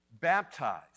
baptized